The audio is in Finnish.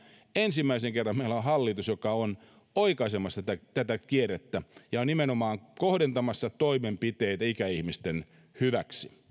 ensimmäisen kerran meillä on hallitus joka on oikaisemassa tätä kierrettä ja on nimenomaan kohdentamassa toimenpiteitä ikäihmisten hyväksi